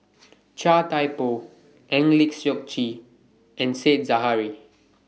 Chia Thye Poh Eng Lee Seok Chee and Said Zahari